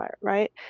right